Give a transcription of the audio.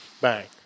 Bang